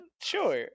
sure